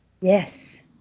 Yes